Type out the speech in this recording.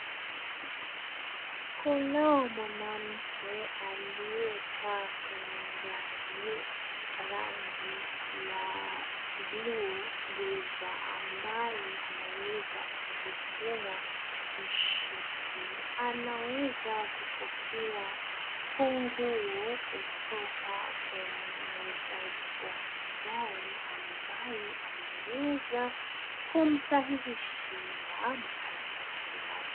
Kunao mwanamke aliyekaa kwenye gari, rangi ya bluu giza ambaye ameweza kujifunga mshipi. Anaweza kupokea funguo kutoka kwenye muuzaji wa magari ambaye ameweza kumsahihishia makaratasi yake.